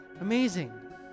Amazing